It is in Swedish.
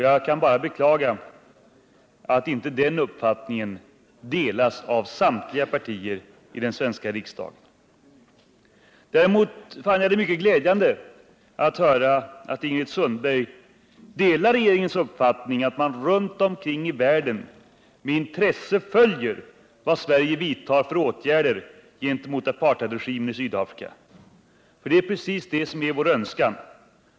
Jag kan bara beklaga om den uppfattningen inte skulle delas av samtliga partier i den svenska riksdagen. Däremot fann jag det mycket glädjande att höra att Ingrid Sundberg delar regeringens uppfattning att man runt om i världen med intresse följer vad Sverige vidtar för åtgärder gentemot apartheidregimen i Sydafrika. Det är precis det som är vår önskan.